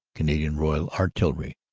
canadian royal artillery.